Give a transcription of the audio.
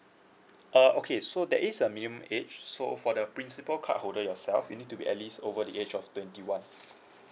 oh okay so that is a minimum age so for the principal card holder yourself you need to be at least over the age of twenty one